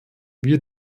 wir